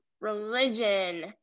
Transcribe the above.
religion